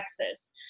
Texas